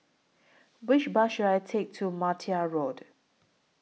Which Bus should I Take to Martia Road